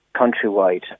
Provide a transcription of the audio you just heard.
countrywide